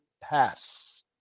pass